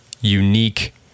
unique